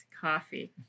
coffee